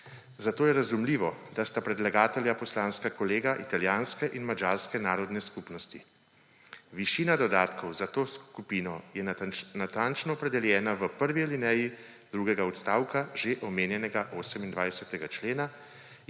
zato je razumljivo, da sta predlagatelja poslanska kolega italijanske in madžarske narodne skupnosti. Višina dodatkov za to skupino je natančno opredeljena v prvi alineji drugega odstavka že omenjenega 28. člena